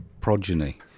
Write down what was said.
progeny